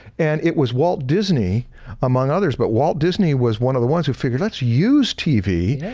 and it was walt disney among others, but walt disney was one of the ones who figured let's use tv.